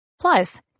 Plus